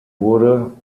wurde